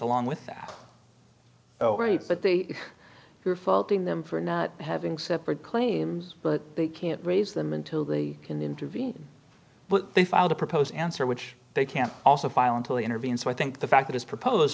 along with that oh wait but they are faulting them for not having separate claims but they can't raise them until they can intervene but they filed a proposed answer which they can also violently intervene so i think the fact that is propose